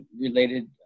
related